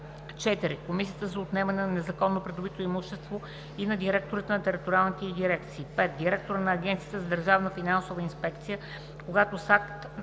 4. Комисията за отнемане на незаконно придобито имущество и на директорите на териториалните й дирекции; 5. директора на Агенцията за държавна финансова инспекция, когато с